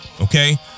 okay